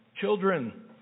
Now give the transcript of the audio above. Children